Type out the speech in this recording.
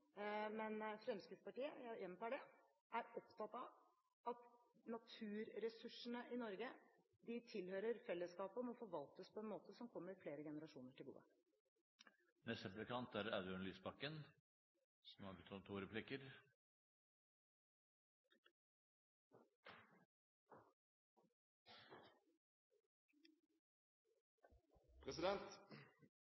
Men Fremskrittspartiet – jeg gjentar det – er opptatt av at naturressursene i Norge tilhører fellesskapet og må forvaltes på en måte som kommer flere generasjoner til gode. Jeg ser at Fremskrittspartiet og Høyre strever litt med rollefordelingen i det regjeringssamarbeidet som